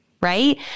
Right